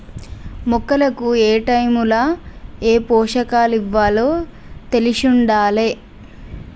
మొక్కలకు ఏటైముల ఏ పోషకాలివ్వాలో తెలిశుండాలే